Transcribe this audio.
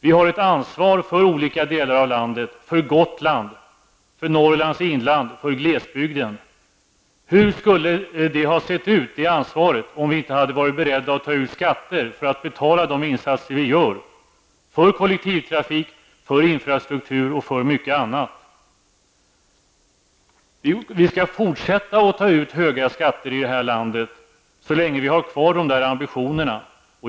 Vi har ett ansvar för olika delar av landet, för Gotland, för Norrlands inland och för glesbygden. Hur skulle det ansvaret ha sett ut om vi inte hade varit beredda att ta ut skatter för att betala de insatser vi gör för kollektivtrafik, infrastruktur m.m.? Vi skall fortsätta att ta ut höga skatter i det här landet så länge vi har kvar dessa ambitioner.